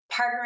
partnering